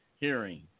hearing